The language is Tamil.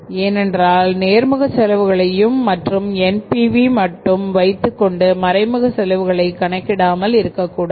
ஏனென்றால் நேர்முக செலவுகளையும் மற்றும் NPV மட்டும் வைத்துக்கொண்டு மறைமுக செலவுகளை கணக்கிடாமல் இருக்க முடியாது